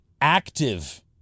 active